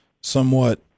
somewhat